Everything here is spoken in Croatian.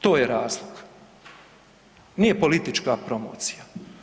To je razlog nije politička promocija.